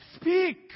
Speak